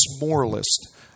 moralist